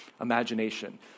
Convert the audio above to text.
imagination